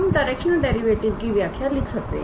हम directional derivative की व्याख्या लिख सकते हैं